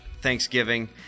Thanksgiving